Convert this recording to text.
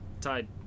tied